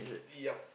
yup